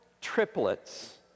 triplets